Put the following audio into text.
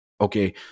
Okay